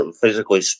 physically